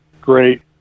great